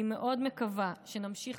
אני מאוד מקווה שנמשיך,